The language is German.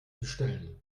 bestellen